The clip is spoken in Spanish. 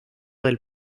del